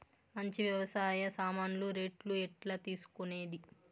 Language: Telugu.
మంచి వ్యవసాయ సామాన్లు రేట్లు ఎట్లా తెలుసుకునేది?